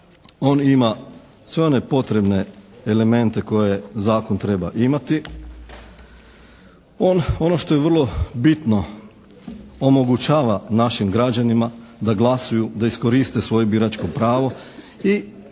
On ima sve one potrebne elemente koje zakon treba imati. On ono što je vrlo bitno omogućava našim građanima da glasuju, da iskoriste svoje biračko pravo i